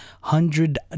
hundred